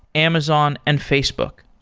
amazon and facebook.